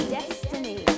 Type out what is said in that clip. destiny